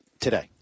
today